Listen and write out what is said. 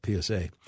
PSA